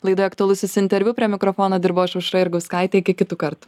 laidoje aktualusis interviu prie mikrofono dirbau aš aušra jurgauskaitė iki kitų kartų